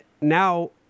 now